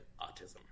autism